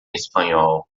espanhol